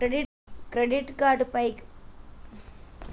credit card పై బాకీ ఉన్న బ్యాలెన్స్ తదుపరి నెల బిల్లుకు జోడించబడతది